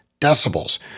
decibels